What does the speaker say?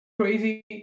crazy